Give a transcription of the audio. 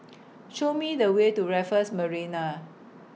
Show Me The Way to Raffles Marina